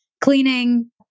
cleaning